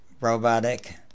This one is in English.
robotic